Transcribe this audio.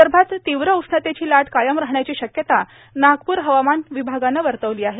विदर्भात तीव्र उष्णतेची लाट कायम राहण्याची शक्यता नागपूर हवामान विभागानं वर्तवली आहे